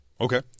Okay